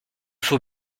faut